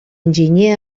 enginyer